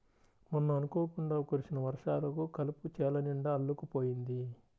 మొన్న అనుకోకుండా కురిసిన వర్షాలకు కలుపు చేలనిండా అల్లుకుపోయింది